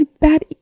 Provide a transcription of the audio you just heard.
bad